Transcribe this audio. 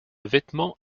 vêtements